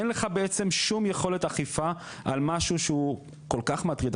אין לך שום יכולת אכיפה על משהו שהוא כל כך מטריד.